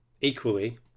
equally